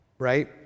Right